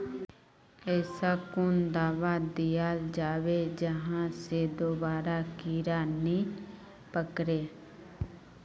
ऐसा कुन दाबा दियाल जाबे जहा से दोबारा कीड़ा नी पकड़े?